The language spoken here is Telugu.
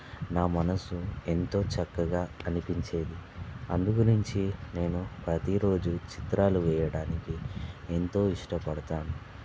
నా మనసు ఎంతో చక్కగా అనిపించేది అందుగురించి నేను ప్రతీరోజూ చిత్రాలు వేయడానికి ఎంతో ఇష్టపడతాను